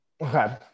Okay